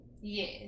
Yes